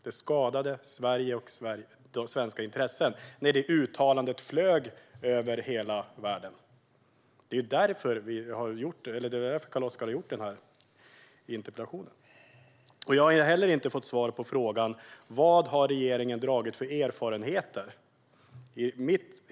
Det skadade Sverige och svenska intressen när detta uttalande flög över hela världen. Det är ju därför CarlOskar har ställt denna interpellation. Jag har heller inte fått svar på frågan om vilka lärdomar regeringen har dragit.